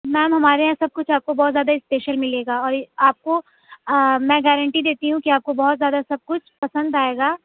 میم ہمارے یہاں سب کچھ آپ کو بہت زیادہ اسپیشل ملے گا اور آپ کو میں گارنٹی دیتی ہوں کہ آپ کو بہت زیادہ سب کچھ پسند آئے گا